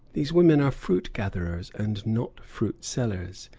these women are fruit-gatherers and not fruit-sellers,